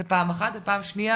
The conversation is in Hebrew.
זה פעם אחת ופעם שנייה,